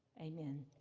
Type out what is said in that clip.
amen.